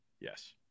Yes